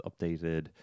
updated